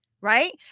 Right